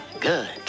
Good